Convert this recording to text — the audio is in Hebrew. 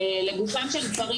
לגופם של דברים.